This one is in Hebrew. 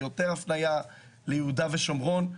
יותר הפניה ליהודה ושומרון.